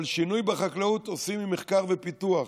אבל שינוי בחקלאות עושים עם מחקר ופיתוח,